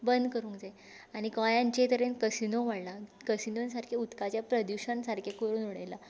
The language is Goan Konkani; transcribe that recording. बंद करूंक जाय आनी गोंयांत जे तरेन कसिनो वाडला कसिनोन सारकें उदकाचें प्रदुशण सारकें करून उडयलां